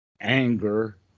anger